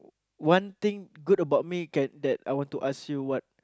one thing good about me can that I want to ask you what